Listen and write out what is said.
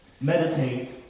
Meditate